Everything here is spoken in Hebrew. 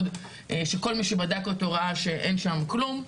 שכל מי שבדק אותו ראה שאין שם כלום,